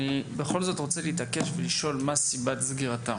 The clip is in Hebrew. אני בכל זאת רוצה להתעקש ולשאול מה הסיבה לכך שהם נסגרו.